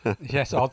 Yes